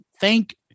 thank